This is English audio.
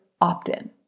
opt-in